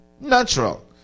natural